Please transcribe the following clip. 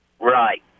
Right